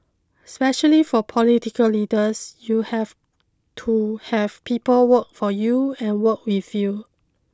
especially for political leaders you have to have people work for you and work with you